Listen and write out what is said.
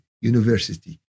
university